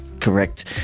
correct